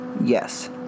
Yes